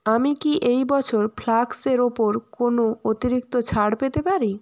আমি কি এই বছর ফ্লাক্সের ওপর কোনো অতিরিক্ত ছাড় পেতে পারি